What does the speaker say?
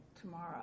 tomorrow